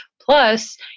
Plus